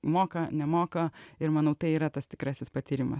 moka nemoka ir manau tai yra tas tikrasis patyrimas